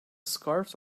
scarves